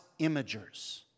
imagers